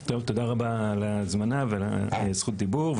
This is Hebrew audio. טוב, תודה רבה על ההזמנה ועל זכות הדיבור.